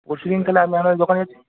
পরশু দিন তাহলে আপনাদের দোকানে যাচ্ছি